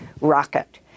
rocket